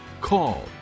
call